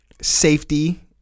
safety